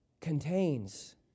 contains